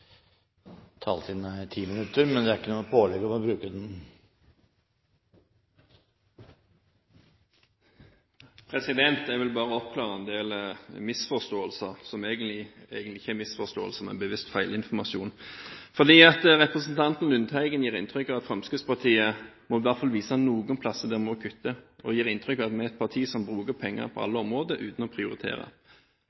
Taletiden er 10 minutter, men det er ikke noe pålegg om å bruke den. Jeg vil bare oppklare en del misforståelser, som egentlig ikke er misforståelser, men bevisst feilinformasjon. Representanten Lundteigen mener at Fremskrittspartiet i alle fall må vise noen plasser der vi kutter, og gir inntrykk av at vi er et parti som bruker penger på